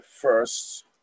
first